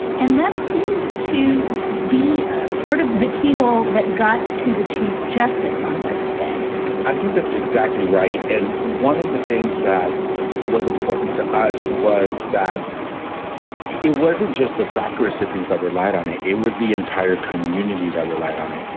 and that seemed to be ah part of the keyhole that got to the chief justice on thursday i think that's exactly right. and one of the things that was important to us was that it it wasn't just the doc recipients that relied on it. it was the entire community that relied on it,